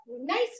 nice